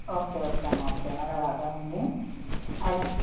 okay okay అమ్మ okay నాకు అది అర్దమయింది అయ్